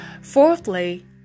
Fourthly